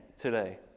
today